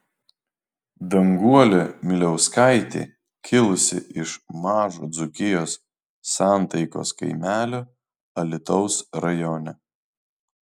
danguolė miliauskaitė kilusi iš mažo dzūkijos santaikos kaimelio alytaus rajone